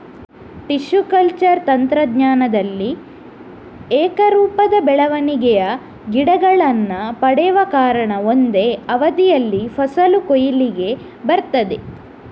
tissue culture ತಂತ್ರಜ್ಞಾನದಲ್ಲಿ ಏಕರೂಪದ ಬೆಳವಣಿಗೆಯ ಗಿಡಗಳನ್ನ ಪಡೆವ ಕಾರಣ ಒಂದೇ ಅವಧಿಯಲ್ಲಿ ಫಸಲು ಕೊಯ್ಲಿಗೆ ಬರ್ತದೆ